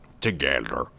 together